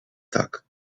tak